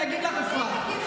אני אגיד לך, אפרת.